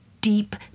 deep